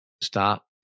Stop